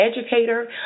educator